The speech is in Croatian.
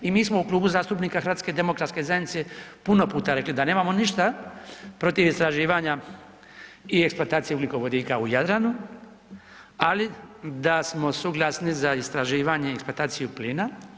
I mi smo u Klubu zastupnika HDZ-a puno puta rekli da nemamo ništa protiv istraživanja i eksploatacije ugljikovodika u Jadranu, ali da smo suglasni za istraživanje i eksploataciju plina.